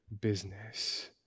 business